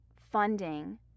funding